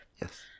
Yes